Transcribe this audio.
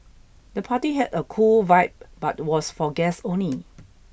the party had a cool vibe but was for guests only